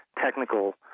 technical